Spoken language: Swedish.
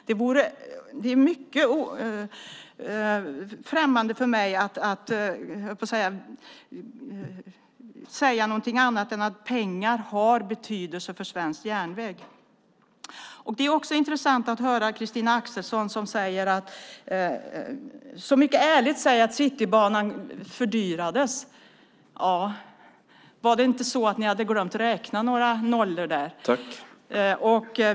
Det vore mig främmande att säga annat än att pengar har betydelse för svensk järnväg. Det är intressant att höra Christina Axelsson mycket ärligt säga att Citybanan fördyrades. Ja, var det inte så att ni hade glömt att lägga till några nollor?